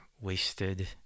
wasted